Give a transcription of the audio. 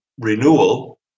renewal